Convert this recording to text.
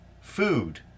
food